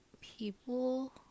people